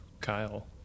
kyle